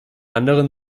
anderen